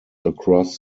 across